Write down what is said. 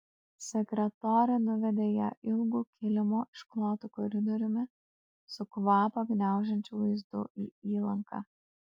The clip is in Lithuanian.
sekretorė nuvedė ją ilgu kilimu išklotu koridoriumi su kvapą gniaužiančiu vaizdu į įlanką